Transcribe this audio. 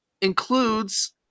includes